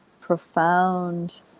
profound